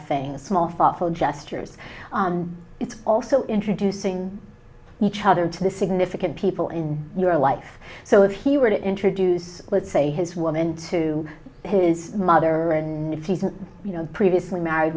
things small thoughtful gesture it's also introducing each other to the significant people in your life so if he were to introduce let's say his woman to his mother and if he's previously married